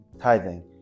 tithing